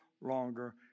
longer